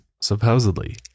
supposedly